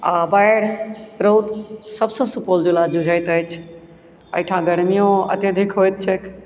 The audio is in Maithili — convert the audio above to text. आ बाढ़ि रौद सबसँ सुपौल जिला जुझैत अछि एहिठाम गर्मियों अत्यधिक होइत छैक